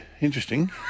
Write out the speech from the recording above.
interesting